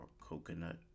coconut